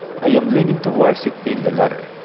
i am leaning towards it being the later,